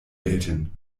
gelten